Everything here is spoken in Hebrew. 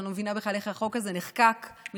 אני לא מבינה בכלל איך החוק הזה נחקק מלכתחילה,